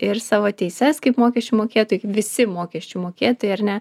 ir savo teises kaip mokesčių mokėtojai visi mokesčių mokėtojai ar ne